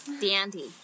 Dandy